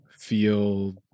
feel